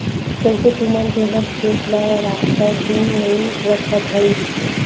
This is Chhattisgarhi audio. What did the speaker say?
कइसे तुमन तुँहर खेत ल राखथँव धुन नइ रखव भइर?